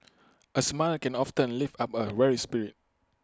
A smile can often lift up A weary spirit